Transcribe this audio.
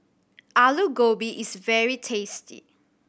Alu Gobi is very tasty